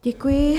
Děkuji.